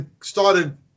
started